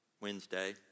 Wednesday